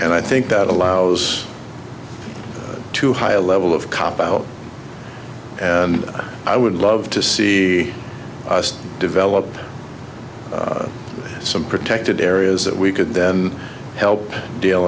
and i think that allows too high a level of cop out and i would love to see us develop some protected areas that we could then help deal